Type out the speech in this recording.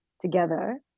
together